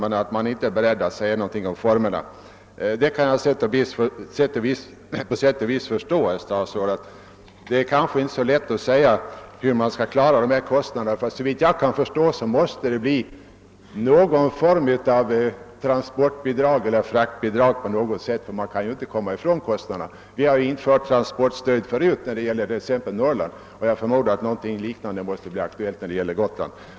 Han är emellertid inte beredd att säga någonting om formerna härför. På sätt och vis kan jag förstå att det kanske inte är så lätt att i dag säga hur dessa kostnader skall klaras. Såvitt jag kan bedöma måste det bli någon form av transportbidrag eller fraktbidrag, eftersom man inte kan komma ifrån kostnaderna. Vi har tidigare i år beslutat transportstöd exempelvis i Norrland, och jag förmodar att någonting liknande måste bli aktuellt när det gäller Gotland.